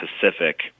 Pacific